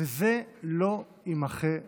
וזה לא יימחה לעולם.